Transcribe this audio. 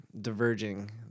diverging